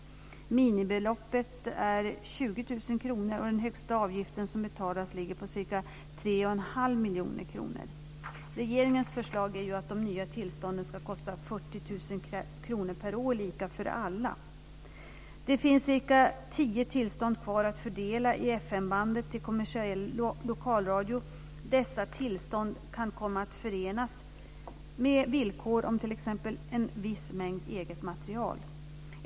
Minimibeloppet är 20 000 kr och den högsta avgift som betalas ligger på ca 3,5 miljoner kronor. Regeringens förslag är ju att de nya tillstånden ska kosta 40 000 kr per år, lika för alla. Det finns cirka tio tillstånd kvar att fördela i FM bandet till kommersiell lokalradio. Dessa tillstånd kan komma att förenas med villkor om t.ex. en viss mängd eget material.